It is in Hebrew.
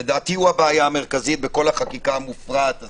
לדעתי הבעיה המרכזית בכל החקיקה המופרעת הזאת,